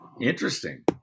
interesting